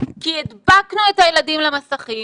הדבקנו את הילדים למסכים.